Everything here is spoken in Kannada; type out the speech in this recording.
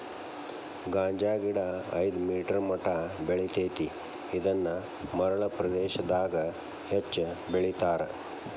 ಗಾಂಜಾಗಿಡಾ ಐದ ಮೇಟರ್ ಮಟಾ ಬೆಳಿತೆತಿ ಇದನ್ನ ಮರಳ ಪ್ರದೇಶಾದಗ ಹೆಚ್ಚ ಬೆಳಿತಾರ